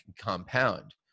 compound